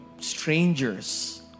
strangers